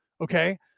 Okay